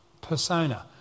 persona